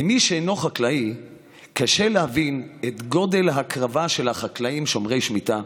למי שאינו חקלאי קשה להבין את גודל ההקרבה של החקלאים שומרי השמיטה.